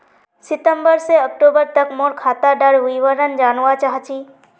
सितंबर से अक्टूबर तक मोर खाता डार विवरण जानवा चाहची?